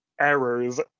errors